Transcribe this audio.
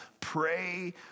Pray